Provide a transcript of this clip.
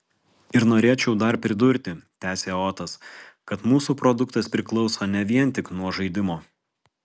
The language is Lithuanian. ir norėčiau dar pridurti tęsė otas kad mūsų produktas priklauso ne vien tik nuo žaidimo